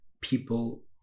people